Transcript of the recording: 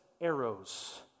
arrows